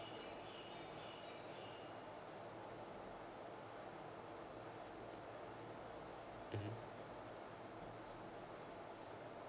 mmhmm